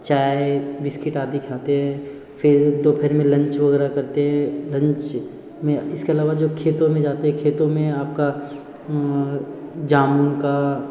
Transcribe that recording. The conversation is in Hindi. चाय बिस्किट आदि खाते है फिर दोपहर में लंच वगैरह करते हैं लंच में इसके अलावा जो खेतों में जाते है खेतों में आपका जामुन का